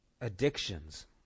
Addictions